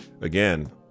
Again